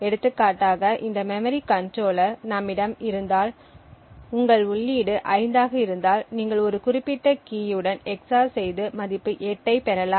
எடுத்துக்காட்டாக இந்த memory controller நம்மிடம் இருந்தால் உங்கள் உள்ளீடு 5 ஆக இருந்தால் நீங்கள் ஒரு குறிப்பிட்ட கீயுடன் EX OR செய்து மதிப்பு 8 ஐ பெறலாம்